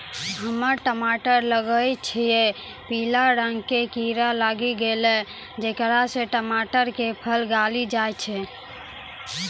हम्मे टमाटर लगैलो छियै पीला रंग के कीड़ा लागी गैलै जेकरा से टमाटर के फल गली जाय छै?